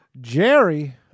Jerry